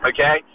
Okay